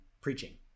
preaching